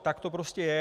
Tak to prostě je.